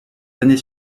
années